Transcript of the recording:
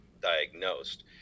diagnosed